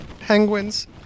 penguins